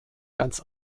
ganz